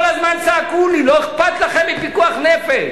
כל הזמן צעקו לי: לא אכפת לכם מפיקוח נפש.